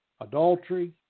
adultery